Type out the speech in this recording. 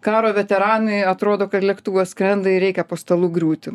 karo veteranui atrodo ka lėktuvas skrenda ir reikia po stalu griūti